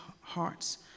hearts